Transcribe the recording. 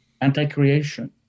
anti-creation